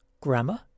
grammar